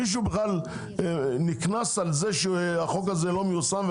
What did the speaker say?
מישהו בכלל נקנס על זה שהחוק לא מיושם?